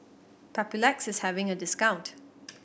Papulex is having a discount